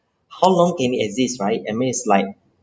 how long can it exist right I mean it's like